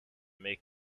make